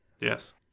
Yes